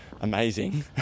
amazing